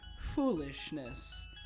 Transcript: foolishness